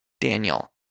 Daniel